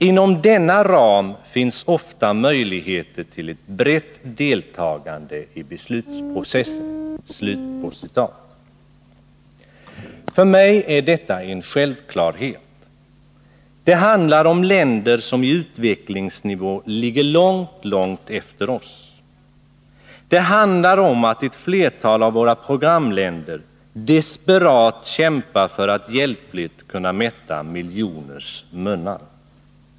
Inom denna ram finns ofta möjligheter till ett brett deltagande i beslutsprocessen.” För mig är detta en självklarhet. Det handlar om länder som i utvecklingsnivå ligger långt efter oss. Det handlar om att ett flertal av våra programländer desperat kämpar för att hjälpligt kunna mätta miljoners munnar.